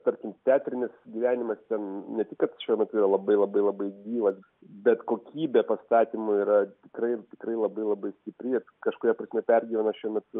tarkim teatrinis gyvenimas ten ne tik kad šiuo metu yra labai labai labai gyvas bet kokybė pastatymų yra tikrai tikrai labai labai stipri ir kažkuria prasme pergyvena šiuo metu